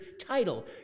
title